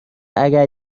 اگر